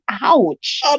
Ouch